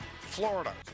Florida